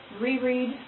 reread